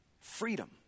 Freedom